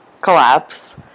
collapse